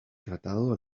tratado